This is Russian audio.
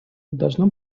должно